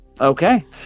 Okay